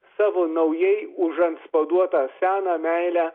savo naujai užantspauduotą seną meilę